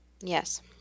Yes